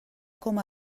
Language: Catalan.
com